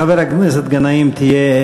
לחבר הכנסת גנאים תהיה,